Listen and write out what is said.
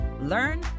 learn